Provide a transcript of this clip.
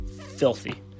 filthy